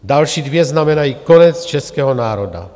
Další dvě znamenají konec českého národa.